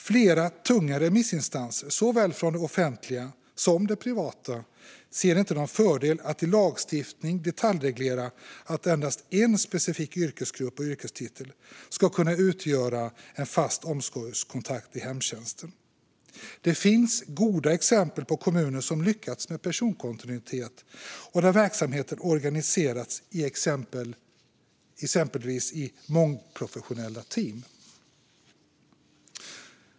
Flera tunga remissinstanser, såväl från det offentliga som från det privata, ser inte någon fördel i att i lagstiftning detaljreglera att endast en specifik yrkesgrupp och yrkestitel ska kunna utgöra en fast omsorgskontakt i hemtjänsten. Det finns goda exempel på kommuner som lyckats med personkontinuitet och där verksamheten organiserats i exempelvis mångprofessionella team.